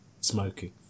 smoking